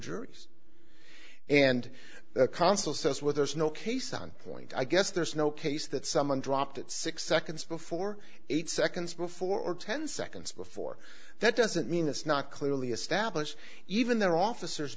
juries and the consul says where there's no case on point i guess there's no case that someone dropped it six seconds before eight seconds before or ten seconds before that doesn't mean it's not clearly established even their officers